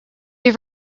have